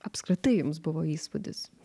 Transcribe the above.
apskritai jums buvo įspūdis